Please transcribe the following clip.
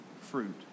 fruit